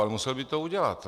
Ale musel by to udělat.